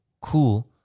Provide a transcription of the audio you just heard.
Cool